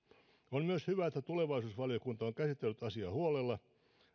on myös hyvä että tulevaisuusvaliokunta on käsitellyt asiaa huolella